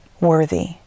worthy